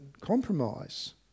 compromise